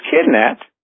kidnapped